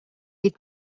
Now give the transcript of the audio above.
від